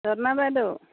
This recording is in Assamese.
পদ্মা বাইদেউ